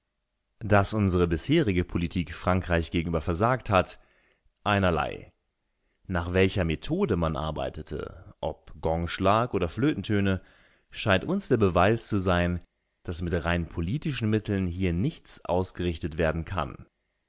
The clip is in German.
daß unsere bisherige politik frankreich gegenüber versagt hat einerlei nach welcher methode man arbeitete ob gongschlag oder flötentöne scheint uns der beweis zu sein daß mit rein politischen mitteln hier nichts ausgerichtet werden kann